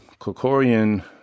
Kokorian